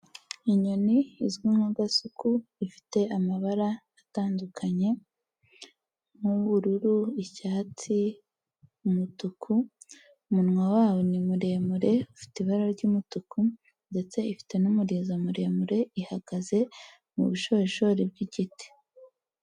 Inyoni izwi nka gasuku ifite amabara atandukanye nk'ubururu, icyatsi, umutuku, umunwa wayo ni muremure ufite ibara ry'umutuku ndetse ifite n'umurizo muremure, ihagaze mu bushorishori bw'igiti.